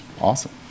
awesome